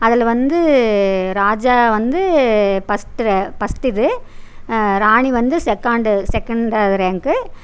அதில் வந்து ராஜா வந்து பர்ஸ்ட்டு ரெ பர்ஸ்ட்டு இது ராணி வந்து செகண்டு செகண்டாவுது ரேங்க்கு